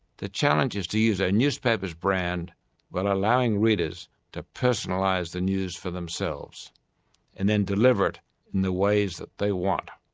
the challenge is to use a newspaper's brand while allowing readers to personalise the news for themselves and then deliver it in the ways that they want.